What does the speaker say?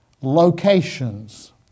locations